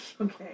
Okay